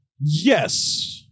Yes